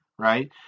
right